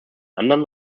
anderen